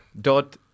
dot